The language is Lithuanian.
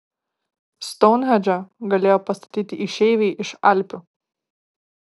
stounhendžą galėjo pastatyti išeiviai iš alpių